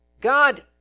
God